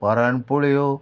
परणपुळ्यो